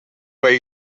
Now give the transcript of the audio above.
where